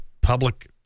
public